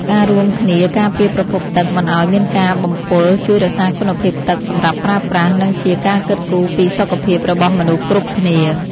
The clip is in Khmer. ការរួមគ្នាការពារប្រភពទឹកមិនឱ្យមានការបំពុលជួយរក្សាគុណភាពទឹកសម្រាប់ប្រើប្រាស់ និងជាការគិតគូរពីសុខភាពរបស់មនុស្សគ្រប់គ្នា។